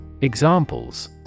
Examples